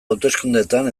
hauteskundeetan